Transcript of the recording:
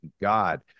God